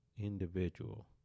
individual